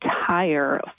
entire